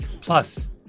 Plus